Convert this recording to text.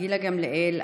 גילה גמליאל,